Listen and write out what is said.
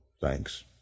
thanks